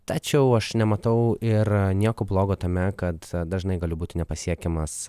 tačiau aš nematau ir nieko blogo tame kad dažnai galiu būti nepasiekiamas